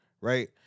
right